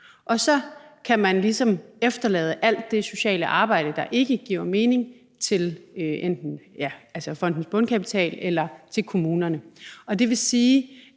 og så kan man ligesom efterlade alt det sociale arbejde, der ikke giver mening, til enten fondens bundkapital eller til kommunerne.